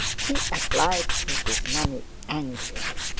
he applied for his money angrily.